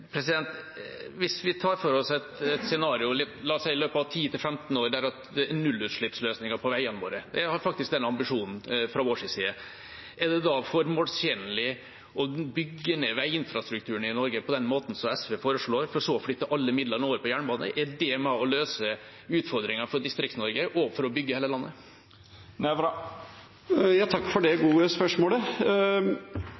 Hvis vi tar for oss et scenario der det i løpet av 10–15 år er nullutslippsløsninger på veiene våre – fra vår side har vi faktisk den ambisjonen: Er det da formålstjenlig å bygge ned veiinfrastrukturen i Norge på den måten som SV foreslår, for så å flytte alle midlene over på jernbane? Er det med på å løse utfordringene for Distrikts-Norge og på å bygge hele landet? Jeg takker for det